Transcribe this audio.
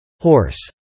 Horse